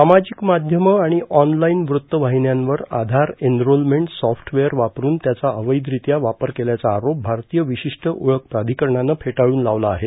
सामाजिक माध्यमं आणि ऑनलाईन व्रत्त वाहिन्यांवर आधार एनरोलमेंट सॉफ्टवेअर वापरुन त्याचा अवैधरित्या वापर केल्याचा आरोप भारतीय विशिष्ट ओळख प्राधिकरणानं फेटाळून लावला आहे